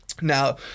Now